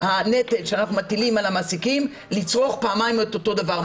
הנטל שאנחנו מטילים על המעסיקים - לצרוך פעמיים את אותו דבר.